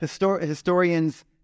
Historians